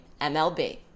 MLB